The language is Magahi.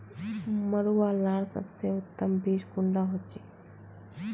मरुआ लार सबसे उत्तम बीज कुंडा होचए?